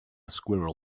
squirrel